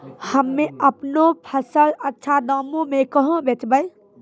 हम्मे आपनौ फसल अच्छा दामों मे कहाँ बेचबै?